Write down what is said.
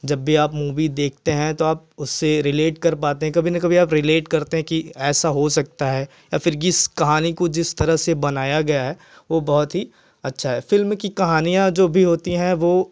जब भी आप मूवी देखते हैं तो आप उससे रिलेट कर पाते हैं कभी न कभी आप रिलेट करते कि ऐसा हो सकता है या फ़िर जिस कहानी को जिस तरह से बनाया गया है वह बहुत ही अच्छा है फ़िल्म की कहानियाँ जो भी होती हैं वह